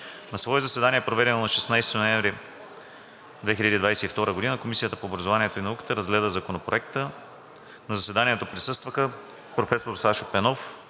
На свое заседание, проведено на 16 ноември 2022 г., Комисията по образованието и науката разгледа Законопроекта. На заседанието присъстваха: професор Сашо Пенов